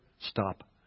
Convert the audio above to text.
stop